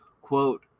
quote